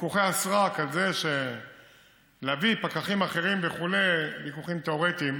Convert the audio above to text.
ויכוחי הסרק על להביא פקחים אחרים וכו' הם ויכוחים תיאורטיים,